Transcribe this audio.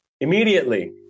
Immediately